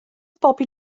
bobi